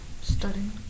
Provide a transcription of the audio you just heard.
Studying